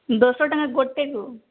ଦଶ ଟଙ୍କା ଗୋଟେକୁ